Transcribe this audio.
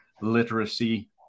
literacy